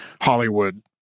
Hollywood